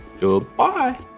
Goodbye